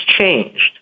changed